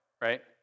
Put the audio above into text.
right